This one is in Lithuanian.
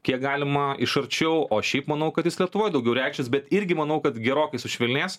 kiek galima iš arčiau o šiaip manau kad jis lietuvoj daugiau reikšis bet irgi manau kad gerokai sušvelnės